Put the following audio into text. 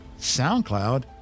SoundCloud